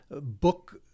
book